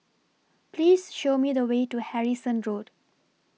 Please Show Me The Way to Harrison Road